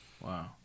Wow